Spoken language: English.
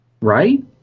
Right